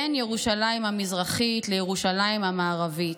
בין ירושלים המזרחית לירושלים המערבית.